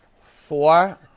four